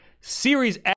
Series